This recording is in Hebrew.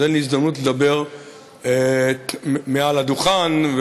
אז אין לי הזדמנות לדבר מעל הדוכן,